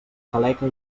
taleca